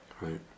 Right